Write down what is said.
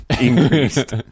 increased